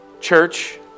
church